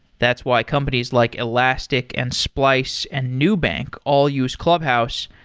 that's why companies like elastic and splice and new bank all use clubhouse.